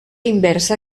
inversa